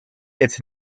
its